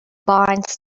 binds